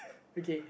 okay